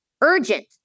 urgent